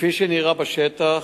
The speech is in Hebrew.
כפי שנראה בשטח.